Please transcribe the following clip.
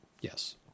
Yes